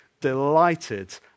delighted